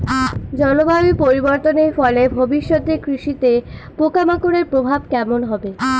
জলবায়ু পরিবর্তনের ফলে ভবিষ্যতে কৃষিতে পোকামাকড়ের প্রভাব কেমন হবে?